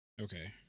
Okay